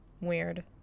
Weird